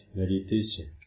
meditation